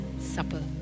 supper